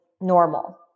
normal